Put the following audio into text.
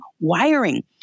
wiring